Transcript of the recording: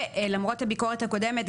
ולמרות הביקורת הקודמת,